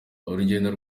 urugendo